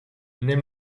neem